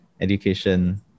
education